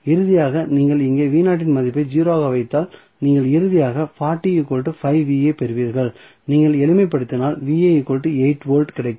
இறுதியாக நீங்கள் இங்கே இன் மதிப்பை 0 ஆக வைத்தால் நீங்கள் இறுதியாக பெறுவீர்கள் நீங்கள் எளிமைப்படுத்தினால் கிடைக்கும்